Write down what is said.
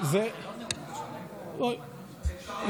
ועדת העלייה והקליטה.